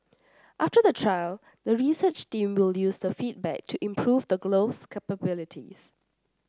after the trial the research team will use the feedback to improve the glove's capabilities